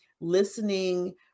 listening